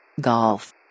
Golf